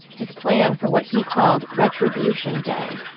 his plan for what he called retribution day